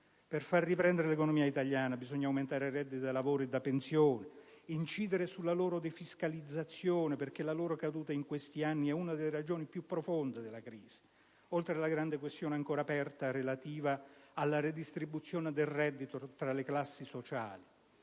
Per far riprendere l'economia italiana bisogna aumentare i redditi da lavoro e da pensione, incidere sulla loro defiscalizzazione, perché la loro caduta in questi anni è una delle ragioni più profonde della crisi, oltre alla grande questione ancora aperta, relativa alla redistribuzione del reddito tra le classi sociali.